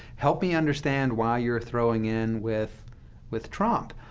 help me understand why you're throwing in with with trump.